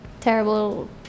terrible